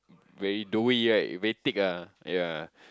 very doughy right very thick ah yea